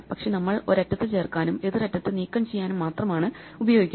പക്ഷേ നമ്മൾ ഒരറ്റത്ത് ചേർക്കാനും എതിർ അറ്റത്ത് നീക്കം ചെയ്യാനും മാത്രമാണ് ഉപയോഗിക്കുന്നത്